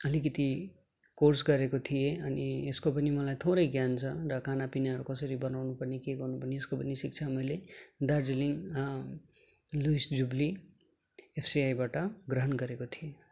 आलिकति कोर्स गरेको थिएँ अनि यसको पनि मलाई थोरै ज्ञान छ र खाना पिनाहरू कसरी बनाउनु पर्ने के गर्नु पर्ने यसको पनि शिक्षा मैले दार्जिलिङ लुइस जुबली एफसिआईबाट ग्रहण गरेको थिएँ